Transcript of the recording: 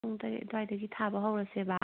ꯄꯨꯡ ꯇꯔꯦꯠ ꯑꯗꯨꯋꯥꯏꯗꯒꯤ ꯊꯥꯕ ꯍꯧꯔꯁꯦꯕ